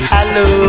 Hello